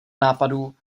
nápadů